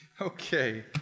Okay